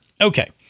Okay